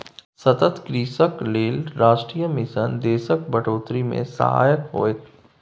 सतत कृषिक लेल राष्ट्रीय मिशन देशक बढ़ोतरी मे सहायक होएत